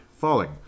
Falling